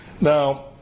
Now